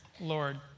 Lord